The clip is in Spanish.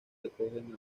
recogen